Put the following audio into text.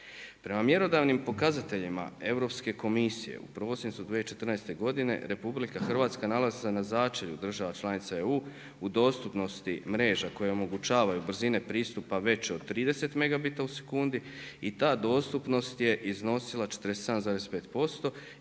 Prema mjerodavnim pokazateljima Europske komisije u prosincu 2014. godine Republika Hrvatska nalazi se na začelju država članica EU u dostupnosti mreža koje omogućavaju brzine pristupa veće od 30 megabita u sekundi i ta dostupnost je iznosila 47,5%